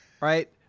right